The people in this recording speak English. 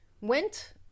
went